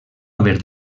haver